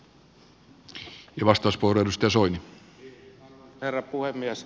arvoisa herra puhemies